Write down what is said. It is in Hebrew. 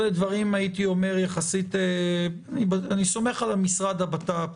הייתי אומר שאלה דברים יחסית אני סומך על המשרד לבט"פ,